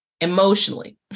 emotionally